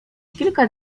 kilka